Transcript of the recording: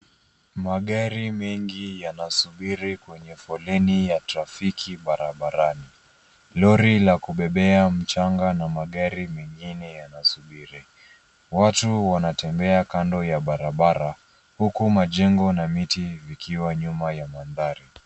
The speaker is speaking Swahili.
Magari mengi yanasubiri kwenye foleni ya trafiki barabarani. Lori la kubebea mchanga na magari mengine yanasubiri. Watu wanatembea kando ya barabara huku majengo na miti vikiwa nyuma ya mandhari.